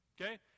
Okay